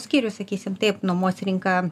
skyrių sakysim taip nuomos rinka